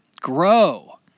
Grow